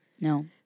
No